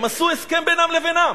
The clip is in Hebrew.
הם עשו הסכם בינם לבינם.